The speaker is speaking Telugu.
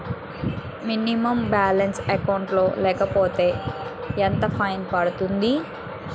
మినిమం బాలన్స్ అకౌంట్ లో లేకపోతే ఎంత ఫైన్ పడుతుంది?